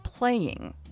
playing